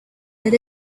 that